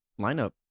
lineup